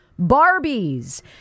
Barbies